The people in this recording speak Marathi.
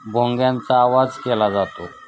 भोंग्यांचा आवाज केला जातो